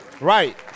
Right